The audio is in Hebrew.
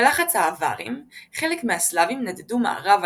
בלחץ האווארים חלק מהסלאבים נדדו מערבה